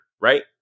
Right